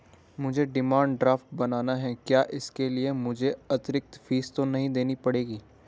मुझे demand draft बनाना है क्या इसके लिए मुझे अतिरिक्त फीस तो नहीं देनी पड़ेगी?